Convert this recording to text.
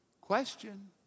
Question